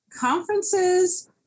Conferences